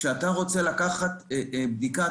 כשאתה רוצה לקחת בדיקה,